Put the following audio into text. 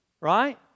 Right